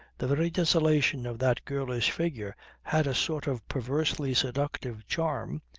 the very desolation of that girlish figure had a sort of perversely seductive charm,